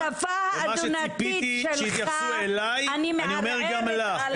ומה שציפיתי שיתייחסו אלי אני אומר גם לך,